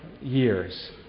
years